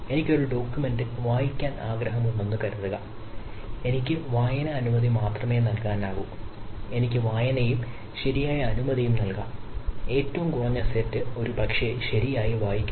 എനിക്ക് ഒരു ഡോക്യുമെന്റ് ഒരുപക്ഷേ ശരിയായി വായിക്കുന്നു